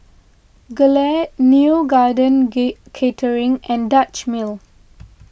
Gelare Neo Garden Kate Catering and Dutch Mill